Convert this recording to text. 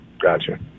Gotcha